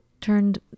turned